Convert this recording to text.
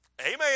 Amen